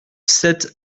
sept